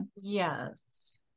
Yes